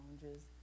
challenges